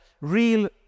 real